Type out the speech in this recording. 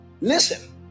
Listen